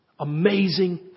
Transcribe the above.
Amazing